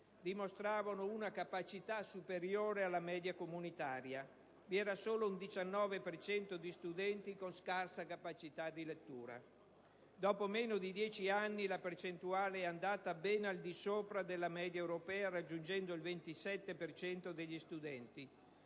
dimostravano una capacità superiore alla media comunitaria: vi era solo un 19 per cento di studenti con scarsa capacità di lettura. Dopo meno di dieci anni la percentuale è andata ben al di sopra della media europea, raggiungendo il 27 per cento